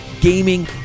Gaming